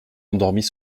endormis